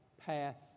path